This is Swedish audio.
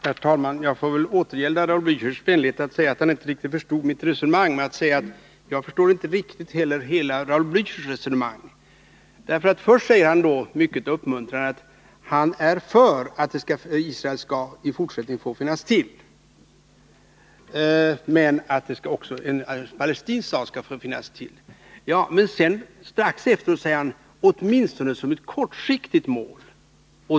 Herr talman! Jag får väl återgälda Raul Blächers vänlighet att säga att han inte riktigt förstod mitt resonemang med att erkänna, att jag inte heller riktigt förstod hela hans resonemang. Först säger han mycket uppmuntrande att han är för att Israel skall få finnas till också i fortsättningen men att även en palestinsk stat skall få finnas till. Strax efteråt säger han, om jag fattar honom rätt: Åtminstone som ett kortsiktigt mål.